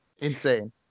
Insane